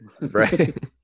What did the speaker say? Right